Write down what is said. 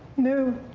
knew